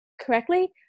correctly